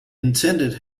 intended